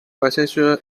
bisexual